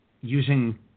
using